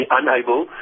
unable